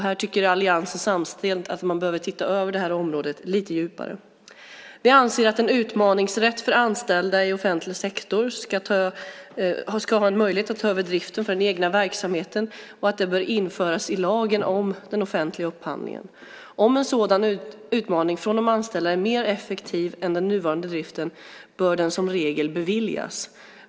Här tycker alliansen samstämt att man lite djupare behöver se över detta område. Vi anser att en utmaningsrätt för anställda i offentlig sektor som vill ta över driften för den egna enheten bör införas i lagen om offentlig upphandling. Om en sådan utmaning från de anställda är mer effektiv än den nuvarande driften, bör den som regel beviljas.